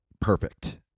perfect